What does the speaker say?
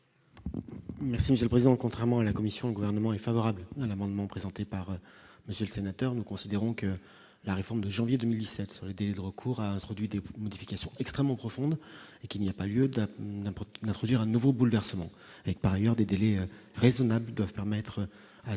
Ministre. J'présent contrairement à la commission gouvernement est favorable à l'amendement présenté par Monsieur le Sénateur, nous considérons que la réforme de janvier 2007 sur le délai de recours introduits dés modification extrêmement profonde et qu'il n'y a pas lieu d'un, peu importe d'introduire un nouveau bouleversement avec par ailleurs des délais raisonnables doivent permettre à